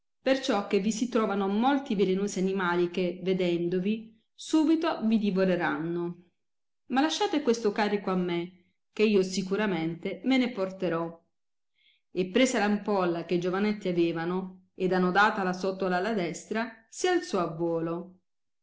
perciò che vi si trovano molti velenosi animali che vedendovi subito vi divoreranno ma lasciate questo carico a me che io sicuramente ve ne porterò e presa l ampolla che i giovanetti avevano ed annodatala sotto la la destra si alzò a volo